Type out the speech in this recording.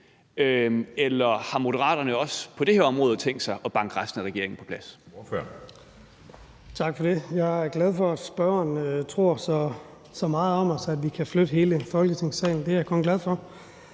eller har Moderaterne også på det her område tænkt sig at banke resten af regeringen på plads?